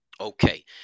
Okay